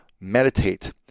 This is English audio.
Meditate